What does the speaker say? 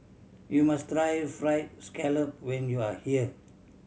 you must try Fried Scallop when you are here